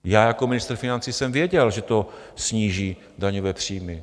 Já jako ministr financí jsem věděl, že to sníží daňové příjmy.